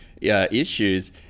issues